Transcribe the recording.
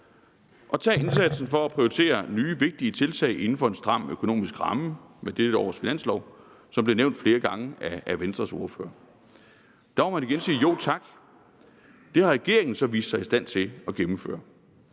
også tage indsatsen for at prioritere nye, vigtige tiltag inden for en stram økonomisk ramme med dette års finanslov, som blev nævnt flere gange af Venstres ordfører. Der må man igen sige: Jo tak, det har regeringen så vist sig i stand til at gennemføre.